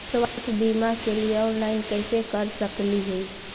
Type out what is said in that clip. स्वास्थ्य बीमा के लिए ऑनलाइन कैसे कर सकली ही?